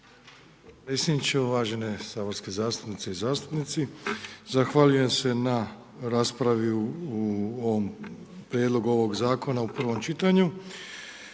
Hvala